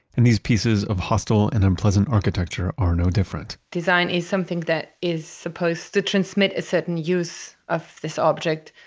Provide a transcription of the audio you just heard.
and these pieces of hostile and unpleasant architecture are no different design is something that is supposed to transmit a certain use of this object,